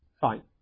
Fine